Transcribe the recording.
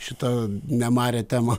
šitą nemarią temą